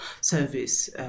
service